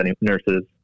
nurses